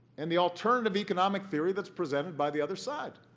and the alternative economic theory that's presented by the other side.